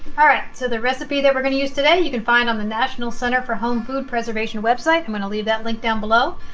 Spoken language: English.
alright, so the recipe that we're going to use today you can find on the national center for home food preservation website i'm going to leave that link down below.